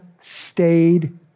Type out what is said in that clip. stayed